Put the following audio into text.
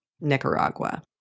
Nicaragua